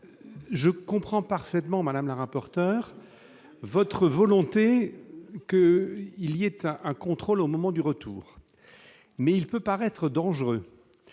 je comprends parfaitement, madame la rapporteure votre volonté qu'il y avait un un contrôle au moment du retour mais il peut paraître dangereuse,